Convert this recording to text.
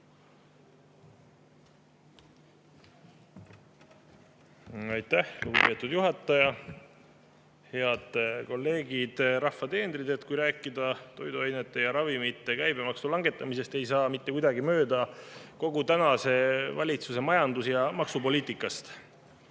Aitäh, lugupeetud juhataja! Head kolleegid, rahva teenrid! Kui rääkida toiduainete ja ravimite käibemaksu langetamisest, siis ei saa mitte kuidagi mööda kogu tänase valitsuse majandus‑ ja maksupoliitikast.